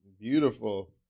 Beautiful